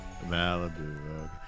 Malibu